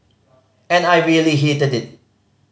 and I really hated it